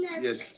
Yes